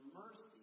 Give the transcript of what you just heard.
mercy